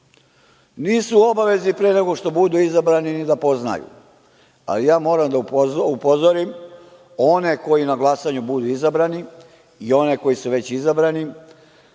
u obavezi pre nego što budu izabrani ni da poznaju, ali moram da upozorim one koji na glasanju budu izabrani i one koji su već izabrani